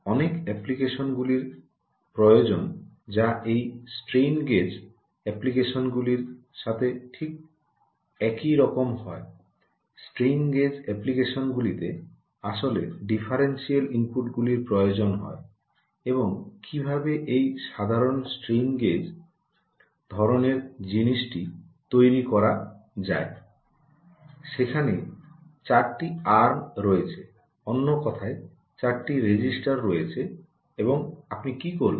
অনেক অ্যাপ্লিকেশনগুলির প্রয়োজন যা এই স্ট্রেইন গজ অ্যাপ্লিকেশনগুলির সাথে ঠিক একই রকম হয় স্ট্রেন গজ অ্যাপ্লিকেশনগুলিতে আসলে ডিফারেন্সিয়াল ইনপুটগুলির প্রয়োজন হয় এবং কীভাবে এই সাধারণ স্ট্রেইন গজ ধরণের জিনিসটি তৈরি করা যায় সেখানে 4 টি আর্ম রয়েছে অন্য কথায় 4 রেজিস্টর রয়েছে এবং আপনি কি করবেন